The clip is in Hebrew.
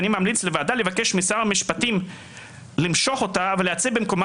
אני ממליץ לוועדה לבקש משר המשפטים למשוך אותה ולהציע במקומה